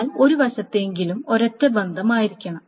എന്നാൽ ഒരു വശത്തെങ്കിലും ഒരൊറ്റ ബന്ധം ആയിരിക്കണം